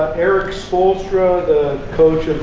ah erik spoelstra, the coach of